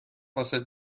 واست